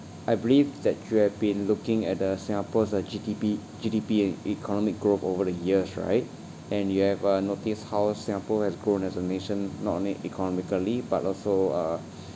I believe that you have been looking at the singapore's uh G_D_P G_D_P e~ economic growth over the years right and you have uh notice how singapore has grown as a nation not only economically but also uh